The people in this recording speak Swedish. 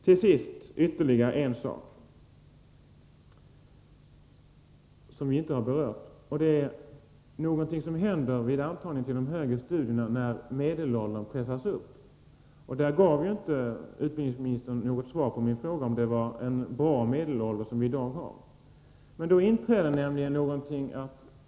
Till sist ytterligare en sak, som vi inte har berört, och det är någonting som händer vid antagning till de högre studierna när medelåldern pressas upp. Utbildningsministern gav inget svar på min fråga om det är en bra medelålder som vi har i dag.